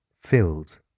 filled